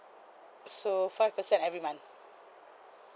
so five percent every month